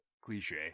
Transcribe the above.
cliche